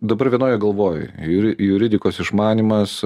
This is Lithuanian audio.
dabar vienoje galvoj juri juridikos išmanymas